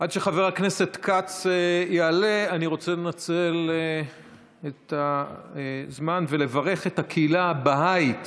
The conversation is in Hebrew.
עד שחבר הכנסת כץ יעלה אני רוצה לנצל את הזמן ולברך את הקהילה הבהאית